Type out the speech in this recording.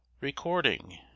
recording